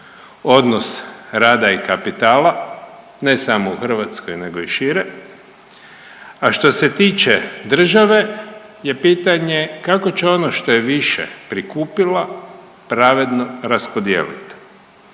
odnos rada i kapitala, ne samo u Hrvatskoj nego i šire. A što se tiče države je pitanje kako će ono što je više prikupila pravedno raspodijelit?